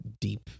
deep